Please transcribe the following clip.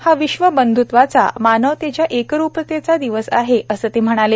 हा विश्व बंध्त्वाचा मानवतेच्या एकरुपतेचा दिवस आहे असं ते म्हणाले